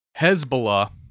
Hezbollah